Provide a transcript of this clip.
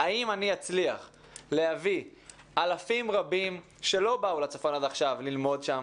האם אני אצליח להביא אלפים רבים שלא באו לצפון עד עכשיו ללמוד שם?